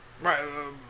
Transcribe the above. Right